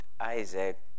Isaac